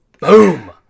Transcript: Boom